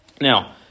Now